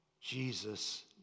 Jesus